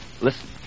Listen